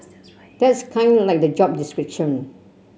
that's kinda like the job description